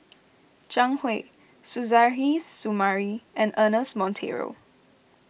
Zhang Hui Suzairhe Sumari and Ernest Monteiro